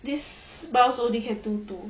this mouse only can do two